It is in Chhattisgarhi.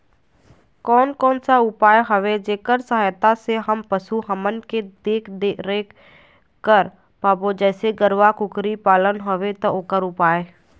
कोन कौन सा उपाय हवे जेकर सहायता से हम पशु हमन के देख देख रेख कर पाबो जैसे गरवा कुकरी पालना हवे ता ओकर उपाय?